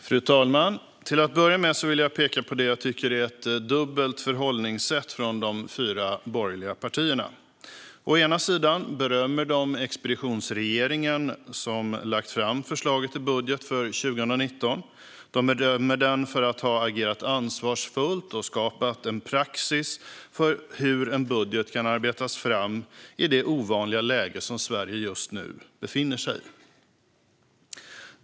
Fru talman! Till att börja med vill jag peka på det som jag tycker är ett dubbelt förhållningssätt från de fyra borgerliga partierna. Å ena sidan berömmer de den expeditionsregering som har lagt fram förslaget till budget för 2019. De berömmer den för att ha agerat ansvarsfullt och skapat en praxis för hur en budget kan arbetas fram i det ovanliga läge som Sverige just nu befinner sig i.